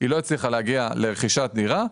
שלא הצליחה להגיע לרכישת דירה,